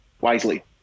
wisely